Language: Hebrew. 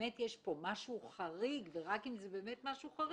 שיש משהו חריג ורק אם זה באמת משהו חריג,